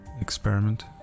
experiment